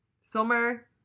Summer